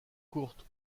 courte